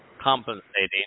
compensating